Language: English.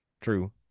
True